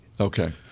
Okay